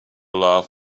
love